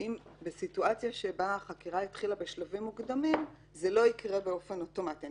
שבסיטואציה שבה החקירה התחילה בשלבים מוקדמים זה לא יקרה באופן אוטומטי.